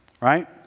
right